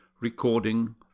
Recording